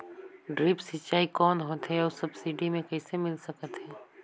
Drip सिंचाई कौन होथे अउ सब्सिडी मे कइसे मिल सकत हे?